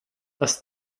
less